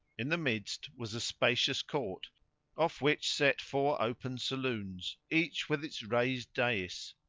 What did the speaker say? in the midst was a spacious court off which set four open saloons each with its raised dais,